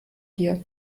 dir